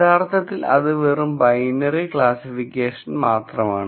യഥാർത്ഥത്തിൽ അത് വെറും ബൈനറി ക്ലാസ്സിഫിക്കേഷൻ മാത്രമാണ്